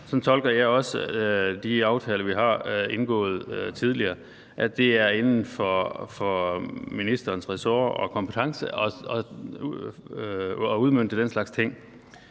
tolker jeg også de aftaler, vi har indgået tidligere, altså at det er inden for ministerens ressort og kompetence at udmønte den slags ting.